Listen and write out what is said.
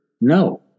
No